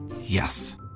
Yes